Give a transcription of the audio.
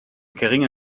geringe